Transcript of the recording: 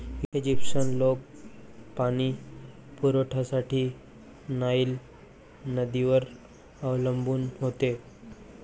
Egyptian लोक पाणी पुरवठ्यासाठी नाईल नदीवर अवलंबून होते